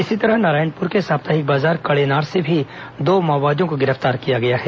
इसी तरह नारायणपुर के साप्ताहिक बाजार कड़ेनार से भी दो माओवादियों को गिरफ्तार किया है